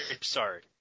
sorry